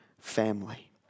family